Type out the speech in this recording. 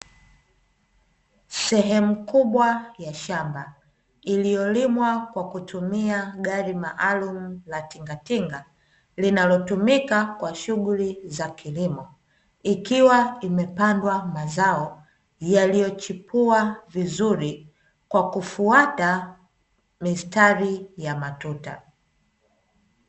Sehemu kubwa ya shamba iliyolimwa kwa kutumia gari maalumu la tingatinga, linalotumika kwa shughuli za kilimo; ikiwa imepandwa mazao yaliyochipua vizuri, kwa kufuata mistari ya matuta.